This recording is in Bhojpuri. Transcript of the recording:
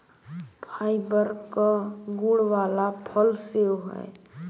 फाइबर क गुण वाला फल सेव हौ